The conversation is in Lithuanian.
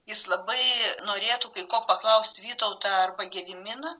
jis labai norėtų kai ko paklausti vytautą arba gediminą